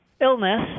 illness